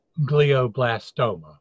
glioblastoma